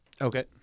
Okay